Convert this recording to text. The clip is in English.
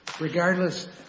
regardless